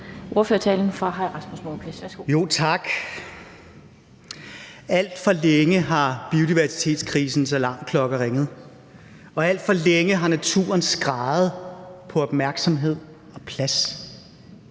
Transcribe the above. (Ordfører) Rasmus Nordqvist (SF): Tak. Alt for længe har biodiversitetskrisens alarmklokker ringet, og alt for længe har naturen skreget på opmærksomhed og plads.